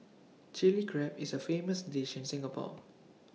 Chilli Crab is A famous dish in Singapore